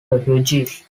refugees